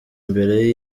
imbere